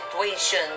situation